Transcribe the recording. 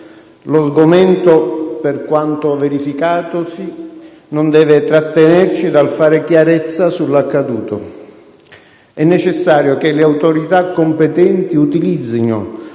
Lo sgomento per quanto verificatosi non deve trattenerci dal fare chiarezza sull’accaduto. E[ ]necessario che le autoritacompetenti utilizzino